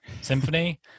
Symphony